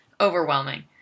overwhelming